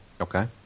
Okay